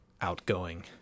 outgoing